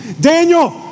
Daniel